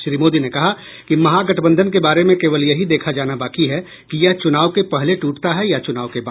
श्री मोदी ने कहा कि महागठबंधन के बारे में केवल यही देखा जाना बाकी है कि यह चुनाव के पहले टूटता है या चुनाव के बाद